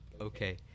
okay